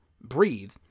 breathe